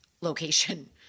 location